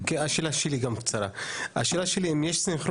הרשימה הערבית המאוחדת): השאלה שלי היא האם יש סנכרון